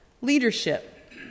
leadership